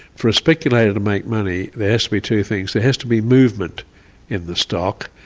for a speculator to make money there has to be two things there has to be movement in the stock,